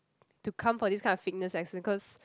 to come for this kind of fitness as because